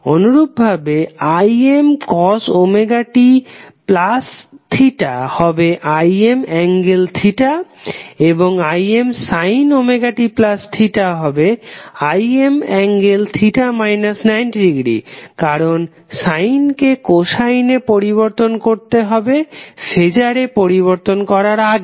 অনুরূপভাবে Imωtθ হবে Im∠θ এবং Imωtθ হবে Im∠θ 90° কারণ সাইনকে কোসাইনে পরিবর্তন করতে হবে ফেজারে পরিবর্তন করার আগে